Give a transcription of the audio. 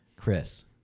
Chris